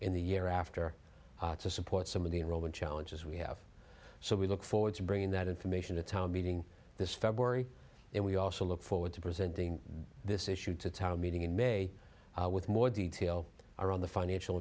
and the year after to support some of the enrollment challenges we have so we look forward to bringing that information to town meeting this february and we also look forward to presenting this issue to town meeting in may with more detail around the financial